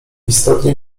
istotnie